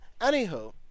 anywho